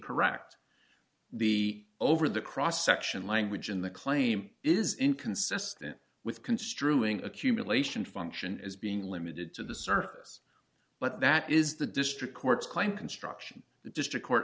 correct the over the cross section language in the claim is inconsistent with construing accumulation function as being limited to the surface but that is the district courts claim construction the district court